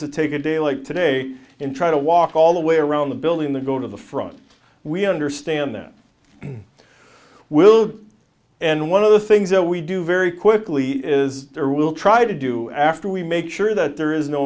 that take a day like today and try to walk all the way around the building the go to the front we understand that will and one of the things that we do very quickly is there will try to do after we make sure that there is no